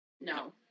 No